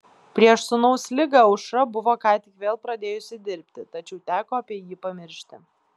prieš sūnaus ligą aušra buvo ką tik vėl pradėjusi dirbti tačiau teko apie jį pamiršti